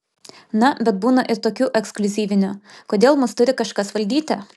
na bet būna ir tokių ekskliuzyvinių kodėl mus turi kažkas valdyti